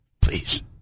please